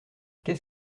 qu’est